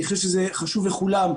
אני חושב שזה חשוב לכולם,